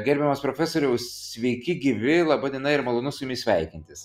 gerbiamas profesoriau sveiki gyvi laba diena ir malonu su jumis sveikintis